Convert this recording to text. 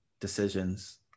decisions